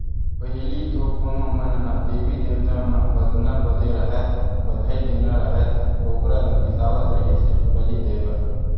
पहिली तो कोनो मन ह देवी देवता म बदना बदे राहय ता, बधई देना राहय त बोकरा ल बिसावत रिहिस हे बली देय बर